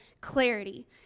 clarity